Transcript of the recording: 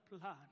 plan